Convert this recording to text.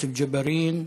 יוסף ג'בארין,